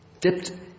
dipped